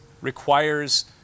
requires